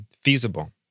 feasible